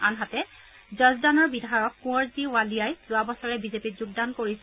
আনহাতে জজদানৰ বিধায়ক কুঁৱৰজী বৱালিয়াই যোৱাবছৰে বিজেপিত যোগদান কৰিছিল